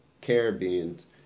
Caribbeans